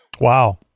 Wow